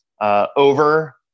over